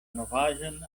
novaĵon